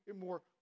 more